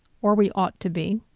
or we ought to be.